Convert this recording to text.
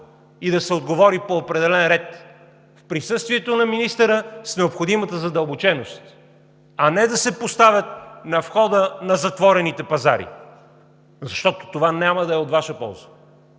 и да се отговори по определен ред в присъствието на министъра с необходимата задълбоченост, а не да се поставят на входа на затворените пазари. Защото това няма да е от Ваша полза.